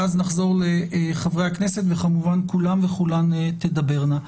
ואז נחזור לחברי הכנסת וכמובן כולם וכולן תדברנה.